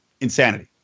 Insanity